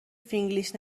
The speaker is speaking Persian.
فینگلیش